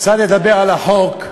נדבר קצת על החוק,